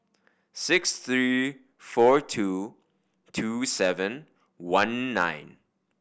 six three four two two seven one nine